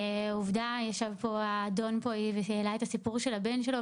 עובדה היא שהאדון פה העלה את הסיפור של הבן שלו,